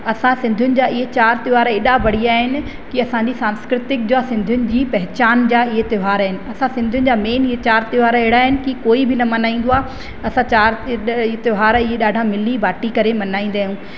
असां सिंधियुनि जा इहे चार त्योहार एॾा बढ़िया आहिनि की असांजी सांस्कृतिक जा सिंधियुनि जी पहचान जा इहे त्योहार आहिनि असां सिंधियुनि जा मेन इहे चार त्योहार अहिड़ा आहिनि की कोइ बि न मल्हाईंदो आहे असां चार त्योहार इहे ॾाढा मिली बांटे करे मल्हाईंदा आहियूं